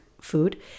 food